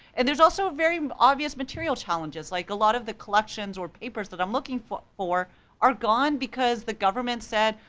and there's also very obvious material challenges, like a lot of the collections or papers that i'm looking for for are gone because the government said,